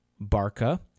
Barca